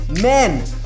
men